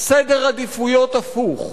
סדר עדיפויות הפוך,